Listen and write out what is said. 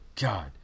god